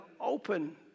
open